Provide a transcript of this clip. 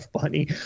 funny